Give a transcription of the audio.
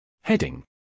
Heading